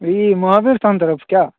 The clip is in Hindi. यह महावीर स्थान तरफ़ क्या